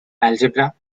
algebra